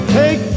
take